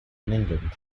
england